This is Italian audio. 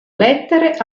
lettere